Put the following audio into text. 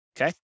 okay